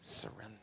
surrender